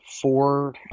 four